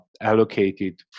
allocated